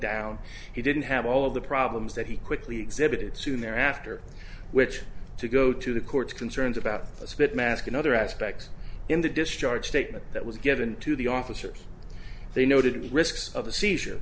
down he didn't have all of the problems that he quickly exhibited soon thereafter which to go to the court concerned about the spit mask and other aspects in the discharge statement that was given to the officers they noted the risks of the seizure